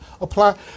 apply